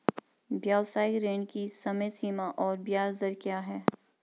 व्यावसायिक ऋण की समय सीमा और ब्याज दर क्या है?